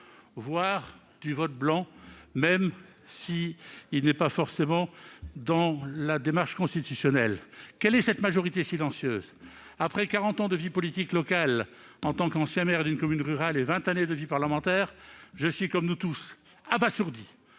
voire du vote blanc, même si cela ne s'inscrit pas forcément dans la démarche constitutionnelle ? Qui compose cette majorité silencieuse ? Après quarante ans de vie politique locale comme ancien maire d'une commune rurale et vingt années de vie parlementaire, je suis, comme nous tous, abasourdi